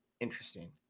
Interesting